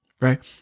right